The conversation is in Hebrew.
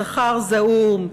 שכר זעום,